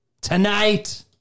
Tonight